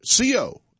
CO